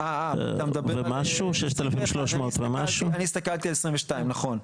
אה, אני הסתכלתי 2022, נכון.